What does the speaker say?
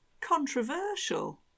Controversial